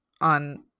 on